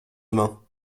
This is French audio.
demain